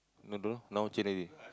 I don't know now change already